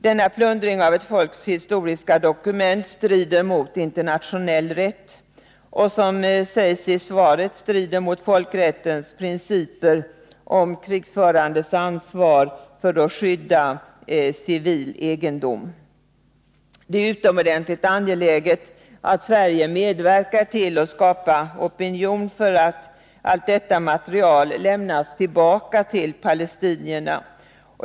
Denna plundring av ett folks historiska dokument strider mot internationell rätt samt — som sägs i svaret — mot folkrättens principer om krigförandes ansvar för att skydda civil egendom. Det är utomordentligt angeläget att Sverige medverkar till att skapa opinion för att detta material lämnas tillbaka till palestinierna.